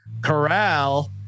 corral